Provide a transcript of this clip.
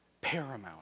paramount